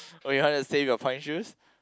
or you want to save your point shoes